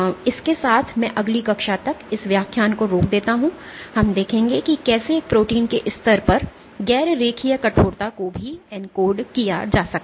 इसके साथ मैं अगली कक्षा तक इस व्याख्यान को रोक देता हूं हम देखेंगे कि कैसे एक प्रोटीन के स्तर पर गैर रेखीय कठोरता को भी एन्कोड किया जा सकता है